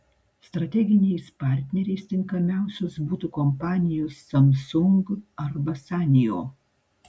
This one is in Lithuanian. strateginiais partneriais tinkamiausios būtų kompanijos samsung arba sanyo